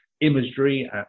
imagery